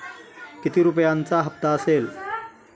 किती रुपयांचा हप्ता असेल?